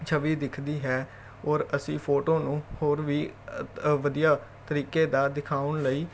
ਛਵੀ ਦਿਖਦੀ ਹੈ ਔਰ ਅਸੀਂ ਫੋਟੋ ਨੂੰ ਹੋਰ ਵੀ ਵਧੀਆ ਤਰੀਕੇ ਦਾ ਦਿਖਾਉਣ ਲਈ